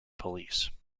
police